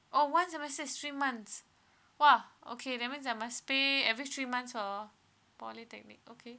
oh one semester is three months !wah! okay that means I must pay every three months for polytechnic okay